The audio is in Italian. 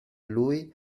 lui